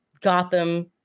gotham